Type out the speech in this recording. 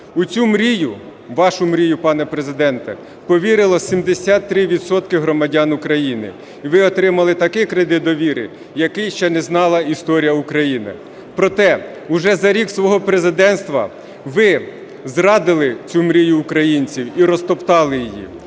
У цю мрію, вашу мрію, пане Президенте, повірило 73 відсотки громадян України і ви отримали такий кредит довіри, який ще не зала історія України. Проте уже за рік свого президентства, ви зрадили цю мрію українців і розтоптали її